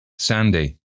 Sandy